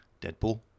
Deadpool